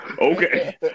okay